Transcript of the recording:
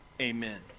Amen